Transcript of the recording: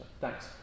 Thanks